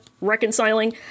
reconciling